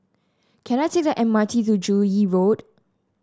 can I take the M R T to Joo Yee Road